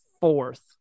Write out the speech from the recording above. fourth